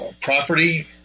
property